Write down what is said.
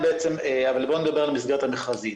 אבל בואו נדבר על המסגרת המכרזית.